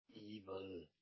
evil